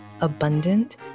abundant